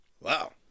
Wow